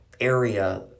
area